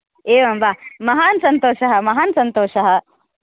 एवं वा महान् सन्तोषः महान् सन्तोषः